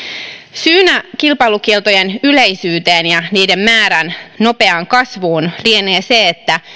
syynä kilpailukieltojen yleisyyteen ja niiden määrän nopeaan kasvuun lienee se että